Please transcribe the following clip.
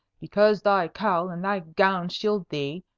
because thy cowl and thy gown shield thee,